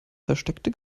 versteckte